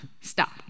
Stop